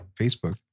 Facebook